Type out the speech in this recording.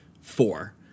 four